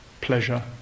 pleasure